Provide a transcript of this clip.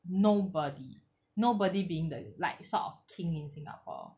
nobody nobody being the like sort of king in singapore